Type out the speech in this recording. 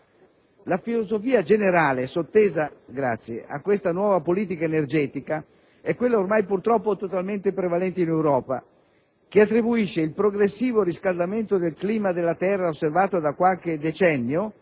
La filosofia generale sottesa a questa nuova politica energetica è ormai purtroppo quella totalmente prevalente in Europa, che attribuisce il progressivo riscaldamento del clima della Terra, osservato da qualche decennio,